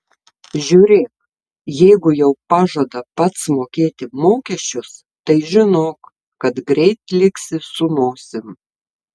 žiūrėk jeigu jau pažada pats mokėti mokesčius tai žinok kad greit liksi su nosim